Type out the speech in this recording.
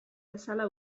bezala